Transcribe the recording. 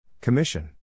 Commission